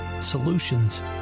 solutions